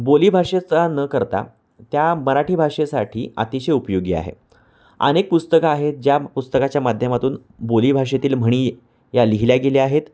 बोली भााषेचा न करता त्या मराठी भाषेसाठी अतिशय उपयोगी आहे अनेक पुस्तकं आहेत ज्या पुस्तकाच्या माध्यमातून बोली भाषेतील म्हणी या लिहिल्या गेल्या आहेत